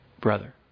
brother